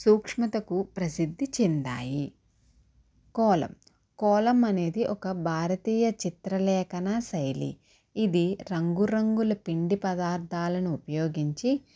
సూక్ష్మతకు ప్రసిద్ధి చెందాయి కోలం కోలం అనేది ఒక భారతీయ చిత్రలేఖనా శైలి ఇది రంగురంగుల పిండి పదార్థాలను ఉపయోగించి